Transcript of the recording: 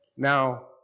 Now